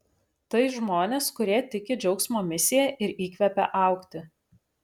tai žmonės kurie tiki džiaugsmo misija ir įkvepia augti